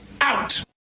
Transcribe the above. out